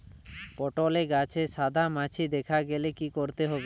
পটলে গাছে সাদা মাছি দেখালে কি করতে হবে?